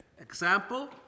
Example